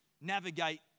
navigate